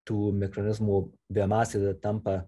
tų mikronizmų biomasė tada tampa